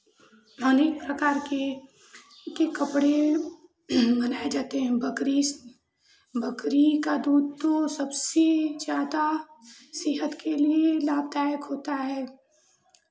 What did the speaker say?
अनेक प्रकार के के कपड़े बनाए जाते हैं बकरिस बकरी का दूध तो सबसे ज़्यादा सेहत के लिये लाभदायक होता है